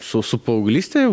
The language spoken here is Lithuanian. su su paauglyste jau